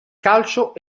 calcio